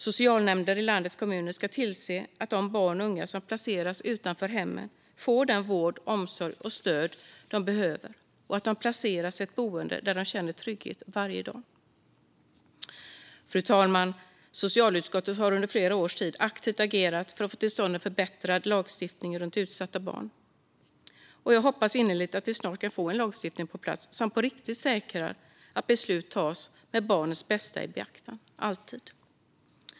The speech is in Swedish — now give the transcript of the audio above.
Socialnämnder i landets kommuner ska tillse att de barn och unga som placeras utanför hemmet får den vård och omsorg och det stöd de behöver samt att de placeras i ett boende där de känner trygghet varje dag. Fru talman! Socialutskottet har under flera års tid aktivt agerat för att få till stånd en förbättrad lagstiftning runt utsatta barn, och jag hoppas innerligt att vi snart kan få en lagstiftning på plats som på riktigt säkrar att beslut tas med barnens bästa i beaktande - alltid.